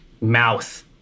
mouth